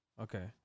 Okay